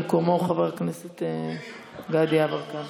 במקומו, חבר הכנסת גדי יברקן,